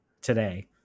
today